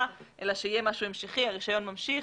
אלא שיהיה משהו המשכי והרישיון ממשיך,